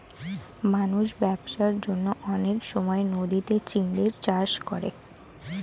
মানুষ ব্যবসার জন্যে অনেক সময় নদীতে চিংড়ির চাষ করে